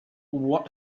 what